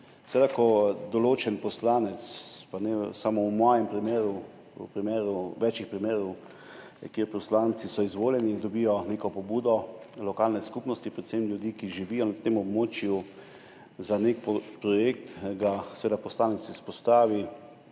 zbor. Ko določen poslanec, pa ne samo v mojem primeru, v več primerih, poslanci so izvoljeni in dobijo neko pobudo lokalne skupnosti, predvsem ljudi, ki živijo na tem območju, za nek projekt. Seveda ga poslanec izpostavi